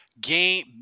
game